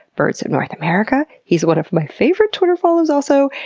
birds of north america. he's one of my favorite twitter follows also,